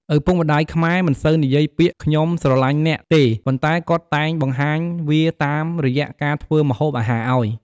ឪពុកម្តាយខ្មែរមិនសូវនិយាយពាក្យ "ខ្ញុំស្រលាញ់អ្នក" ទេ ប៉ុន្តែគាត់តែងបង្ហាញវាតាមរយៈការធ្វើម្ហូបអាហារអោយ។